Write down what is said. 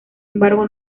embargo